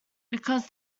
because